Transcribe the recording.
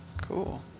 Cool